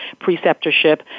preceptorship